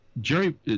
jerry